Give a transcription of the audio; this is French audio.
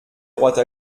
droite